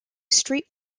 street